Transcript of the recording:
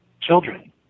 children